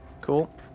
Cool